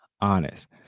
honest